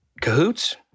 cahoots